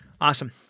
Awesome